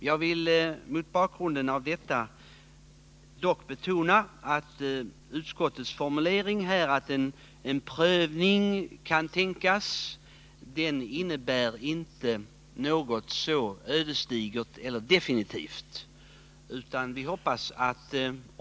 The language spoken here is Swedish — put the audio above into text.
Jag vill också betona att utskottets formulering att starka skäl föreligger för en omprövning inte innebär något ödesdigert eller definitivt.